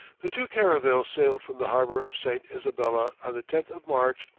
the two caravels sailed from the harbour of st. isabella on the tenth of march,